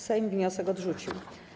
Sejm wniosek odrzucił.